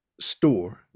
store